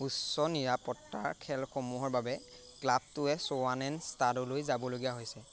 উচ্চ নিৰাপত্তাৰ খেলসমূহৰ বাবে ক্লাবটোৱে শ্বৱানেঞ্চ ষ্টাডলৈ যাবলগীয়া হৈছিল